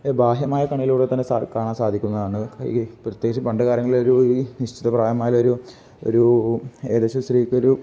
ബാഹ്യമായ കണ്ണിലൂടെ തന്നെ കാണൻ സാധിക്കുന്നതാണ് പ്രത്യേകിച്ചു പണ്ട് കാലങ്ങാളിൽ ഒരു നിശ്ചിത പ്രായമായ ഒരു ഒരു ഏകദേശം സ്ത്രീക്ക് ഒരു